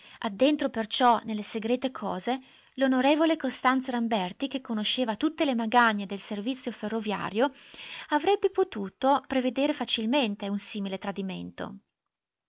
addentro perciò nelle segrete cose l'on costanzo ramberti che conosceva tutte le magagne del servizio ferroviario avrebbe potuto prevedere facilmente un simile tradimento